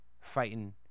fighting